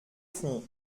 fond